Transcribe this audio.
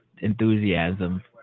enthusiasm